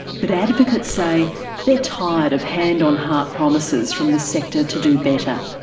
but advocates say they're tired of hand-on-heart promises from the sector to do better.